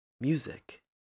Music